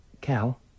Cal